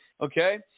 Okay